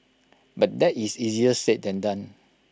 but that is easier said than done